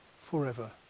forever